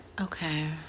okay